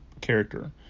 character